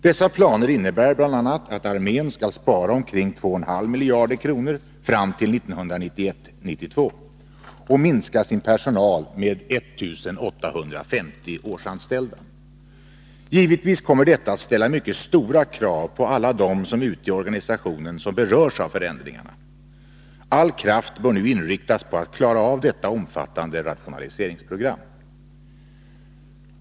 Dessa planer innebär bl.a. att armén skall spara omkring 2,5 miljarder kronor fram till 1991/92 och minska sin personal med 1 850 årsanställda. Givetvis kommer detta att ställa mycket stora krav på alla dem ute i organisationen som berörs av förändringarna. All kraft bör nu inriktas på att klara av detta omfattande rationaliseringsprogram.